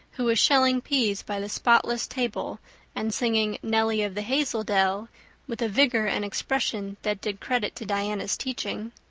who was shelling peas by the spotless table and singing, nelly of the hazel dell with a vigor and expression that did credit to diana's teaching,